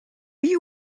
you